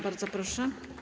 Bardzo proszę.